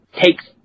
takes